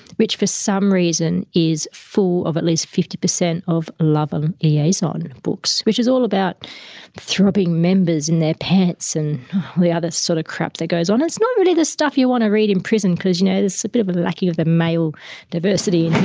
which for some reason is full of at least fifty percent of love and liaison books, which is all about throbbing members in their pants and the other sort of crap that goes on. it's not really the stuff you want to read in prison cause you know, there's a bit of a lacking of the male diversity